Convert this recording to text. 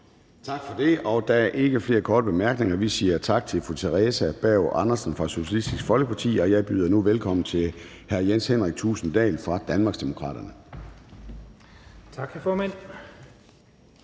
Tak for det. Der er ikke flere korte bemærkninger. Vi siger tak til fru Theresa Berg Andersen fra Socialistisk Folkeparti. Jeg byder nu velkommen til hr. Jens Henrik Thulesen Dahl fra Danmarksdemokraterne. Kl. 10:51